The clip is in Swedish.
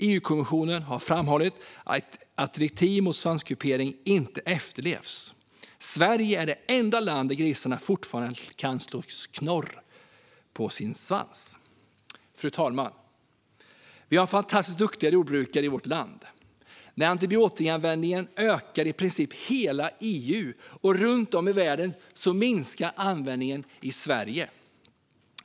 EU-kommissionen har framhållit att direktivet mot svanskupering inte efterlevs. Sverige är det enda land där grisarna fortfarande kan slå knorr på sin svans. Fru talman! Vi har fantastiskt duktiga jordbrukare i vårt land. När antibiotikaanvändningen ökar i princip hela EU och runt om i världen minskar användningen i Sverige.